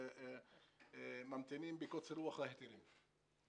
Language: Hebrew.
ממתינים בקוצר-רוח להיתרים,